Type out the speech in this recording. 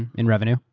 in revenue?